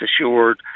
assured